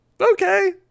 okay